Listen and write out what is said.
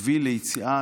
שהביא ליציאה